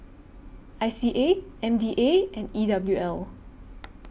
I C A M D A and E W L